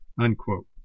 unquote